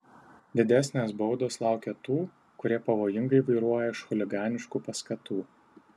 didesnės baudos laukia tų kurie pavojingai vairuoja iš chuliganiškų paskatų